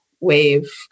wave